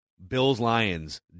Bills-Lions